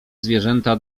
zwierzęta